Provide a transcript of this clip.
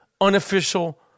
unofficial